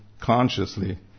consciously